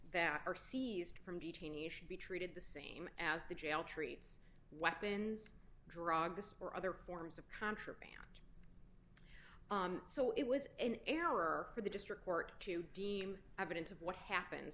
that are seized from between you should be treated the same as the jail treats weapons drugs or other forms of contraband so it was an error for the district court to deem evidence of what happen